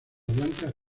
blancas